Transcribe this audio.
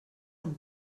amb